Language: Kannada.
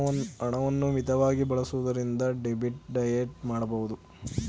ಹಣವನ್ನು ಮಿತವಾಗಿ ಬಳಸುವುದರಿಂದ ಡೆಬಿಟ್ ಡಯಟ್ ಮಾಡಬಹುದು